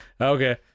Okay